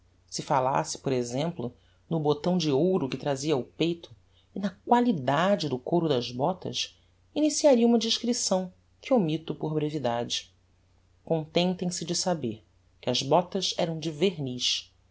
se falasse por exemplo no botão de ouro que trazia ao peito e na qualidade do couro das botas iniciaria uma descripção que omitto por brevidade contentem se de saber que as botas eram de verniz